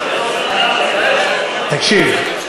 תקשיב,